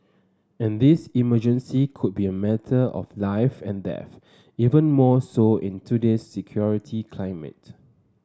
and this emergency could be a matter of life and death even more so in today's security climate